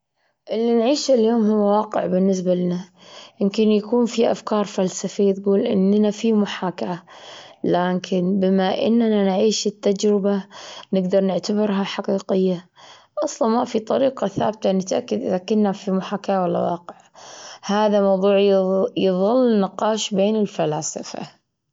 اللي نعيشه اليوم هو واقع بالنسبة لنا، يمكن يكون في أفكار فلسفية تقول إننا في محاكاة، لكن بما إننا نعيش التجربة نقدر نعتبرها حقيقية. أصلا ما في طريقة ثابتة نتأكد إذا كنا في محاكاة ولا واقع، هذا موضوع يظ- يظل نقاش بين الفلاسفة.